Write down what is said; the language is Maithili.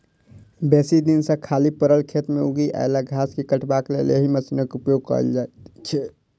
बेसी दिन सॅ खाली पड़ल खेत मे उगि आयल घास के काटबाक लेल एहि मशीनक उपयोग कयल जाइत छै